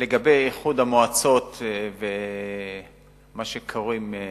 לגבי איחוד המועצות, מה שקוראים,